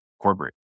corporate